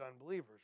unbelievers